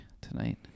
tonight